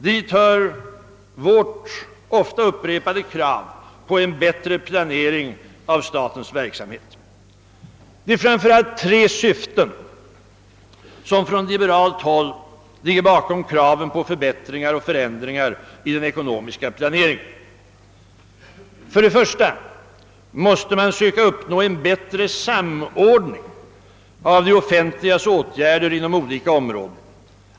Dit hör vårt ofta upp repade krav på en bättre planering av statens verksamhet. Det är framför allt tre syften som från liberalt håll ligger bakom önskemålen om förbättringar och förändringar i den ekonomiska planeringen. För det första måste man söka uppnå en bättre samordning av det offentligas åtgärder inom olika områden.